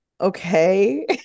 okay